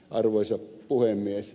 arvoisa puhemies